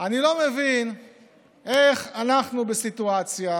אני לא מבין איך אנחנו בסיטואציה